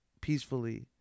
peacefully